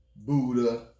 Buddha